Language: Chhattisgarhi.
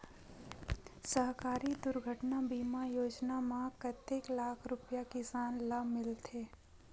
सहकारी दुर्घटना बीमा योजना म कतेक लाख रुपिया किसान ल मिलथे?